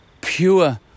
pure